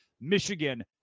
Michigan